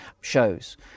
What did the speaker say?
shows